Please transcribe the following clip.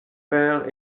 père